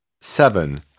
Seven